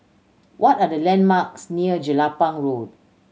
what are the landmarks near Jelapang Road